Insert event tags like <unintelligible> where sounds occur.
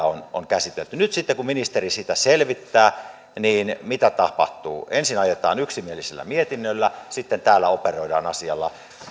<unintelligible> on on käsitelty nyt kun ministeri sitä sitten selvittää mitä tapahtuu ensin ajetaan yksimielisellä mietinnöllä sitten täällä operoidaan asialla